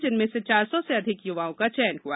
जिसमें से चार सौ से अधिक युवाओं का चयन हुआ